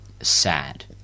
sad